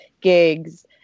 gigs